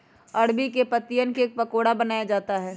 अरबी के पत्तिवन क पकोड़ा बनाया जाता है